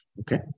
Okay